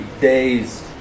day's